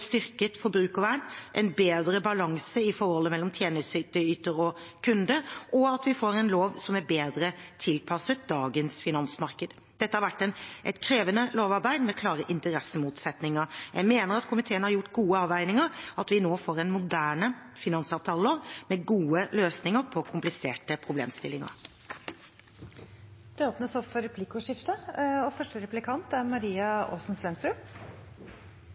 styrket forbrukervern, en bedre balanse i forholdet mellom tjenesteytere og kunder, og at vi får en lov som er bedre tilpasset dagens finansmarked. Dette har vært et krevende lovarbeid med klare interessemotsetninger. Jeg mener komiteen har gjort gode avveininger, og at vi nå får en moderne finansavtale med gode løsninger på kompliserte problemstillinger. Det blir replikkordskifte. Hvis noen skylder deg eller meg penger, er